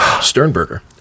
Sternberger